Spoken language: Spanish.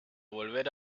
volver